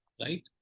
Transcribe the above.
right